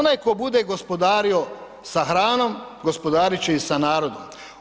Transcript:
Onaj tko bude gospodario sa hranom, gospodarit će i sa narodom.